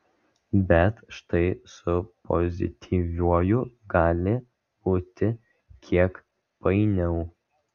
bet štai su pozityviuoju gali būti kiek painiau